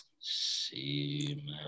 see